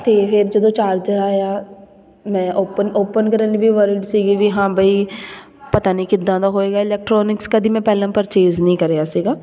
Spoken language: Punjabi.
ਅਤੇ ਫਿਰ ਜਦੋਂ ਚਾਰਜਰ ਆਇਆ ਮੈਂ ਓਪਨ ਓਪਨ ਕਰਨ ਲਈ ਵੀ ਵਰਿਡ ਸੀਗੀ ਵੀ ਹਾਂ ਬਈ ਪਤਾ ਨਹੀਂ ਕਿੱਦਾਂ ਦਾ ਹੋਵੇਗਾ ਇਲੈਕਟ੍ਰੋਨਿਕਸ ਕਦੇ ਮੈਂ ਪਹਿਲਾਂ ਪਰਚੇਜ ਨਹੀਂ ਕਰਿਆ ਸੀਗਾ